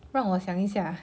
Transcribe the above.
让我想一下